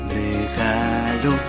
regalo